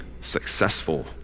successful